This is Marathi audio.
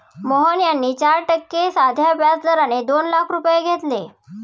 मोहन यांनी चार टक्के साध्या व्याज दराने दोन लाख रुपये घेतले